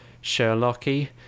Sherlock-y